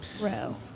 row